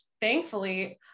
thankfully